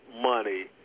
money